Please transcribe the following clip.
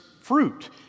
fruit